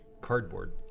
cardboard